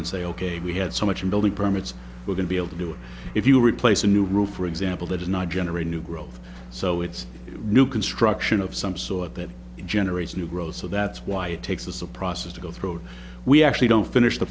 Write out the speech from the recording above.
and say ok we had so much in building permits we're going to be able to do it if you replace a new roof for example that is not generate new growth so it's new construction of some sort that generates new growth so that's why it takes us a process to go throat we actually don't finish the